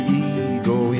ego